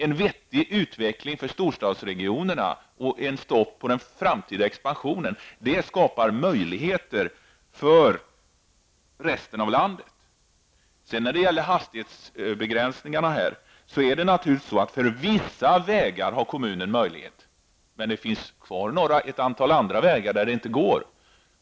En vettig utveckling för storstadsregionerna och ett stopp när det gäller den framtida expansionen skulle skapa möjligheter för övriga delar av landet. Beträffande hastighetsbegränsningen är det naturligtvis så, att kommunen har möjlighet att införa hastighetsbegränsning på vissa vägar. Men det finns ett antal vägar för vilka den möjligheten inte gäller.